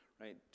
Right